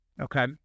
okay